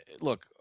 look